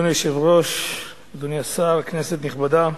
אדוני היושב-ראש, אדוני השר, כנסת נכבדה,